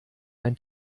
ein